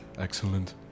Excellent